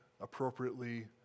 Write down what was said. appropriately